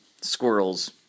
squirrels